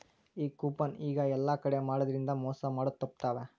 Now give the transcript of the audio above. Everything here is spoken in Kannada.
ಈ ಕೂಪನ್ ಈಗ ಯೆಲ್ಲಾ ಕಡೆ ಮಾಡಿದ್ರಿಂದಾ ಮೊಸಾ ಮಾಡೊದ್ ತಾಪ್ಪ್ಯಾವ